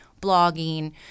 blogging